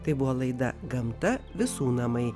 tai buvo laida gamta visų namai